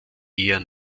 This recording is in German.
eher